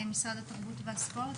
משרד התרבות והספורט.